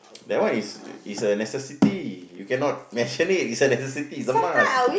that one is is a necessity you cannot National Day is a necessity !alamak!